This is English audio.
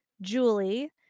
Julie